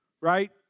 right